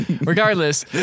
Regardless